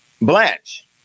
Blanche